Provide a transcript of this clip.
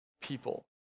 people